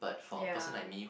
ya